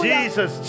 Jesus